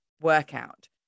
workout